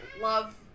love